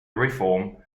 reform